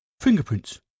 Fingerprints